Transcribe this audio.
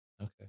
okay